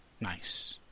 Nice